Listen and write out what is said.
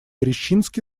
рищински